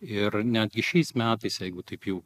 ir netgi šiais metais jeigu taip jau